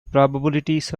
probabilities